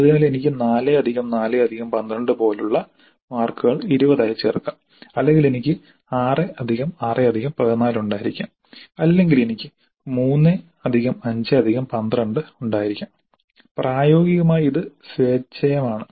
അതിനാൽ എനിക്ക് 4 4 12 പോലുള്ള മാർക്കുകൾ 20 ആയി ചേർക്കാം അല്ലെങ്കിൽ എനിക്ക് 6 6 14 ഉണ്ടായിരിക്കാം അല്ലെങ്കിൽ എനിക്ക് 3 5 12 ഉണ്ടായിരിക്കാം പ്രായോഗികമായി ഇത് സ്വേച്ഛയമാണ്